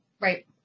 Right